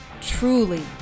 truly